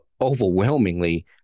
overwhelmingly